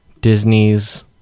Disney's